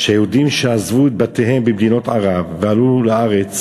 שיהודים שעזבו את בתיהם במדינות ערב ועלו לארץ